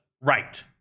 Right